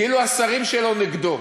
כאילו השרים שלו נגדו.